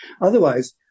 Otherwise